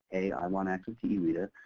a, i want access to ereta.